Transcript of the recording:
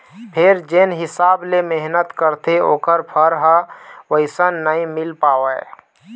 फेर जेन हिसाब ले मेहनत करथे ओखर फर ह वइसन नइ मिल पावय